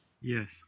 Yes